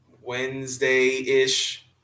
Wednesday-ish